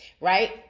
right